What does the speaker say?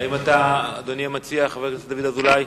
אדוני המציע, חבר הכנסת דוד אזולאי,